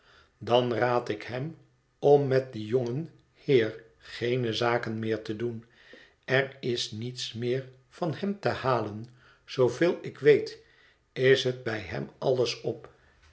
dan raad ik hem om met dien jongen heer geene zaken meer te doen er is niets meer van hem te halen zooveel ik weet is het bij hem alles op